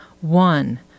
One